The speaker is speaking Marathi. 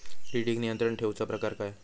किडिक नियंत्रण ठेवुचा प्रकार काय?